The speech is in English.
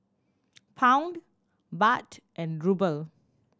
Pound Baht and Ruble